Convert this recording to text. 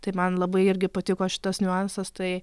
tai man labai irgi patiko šitas niuansas tai